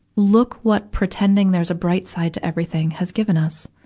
look what pretending there's a bright side to everything has given us.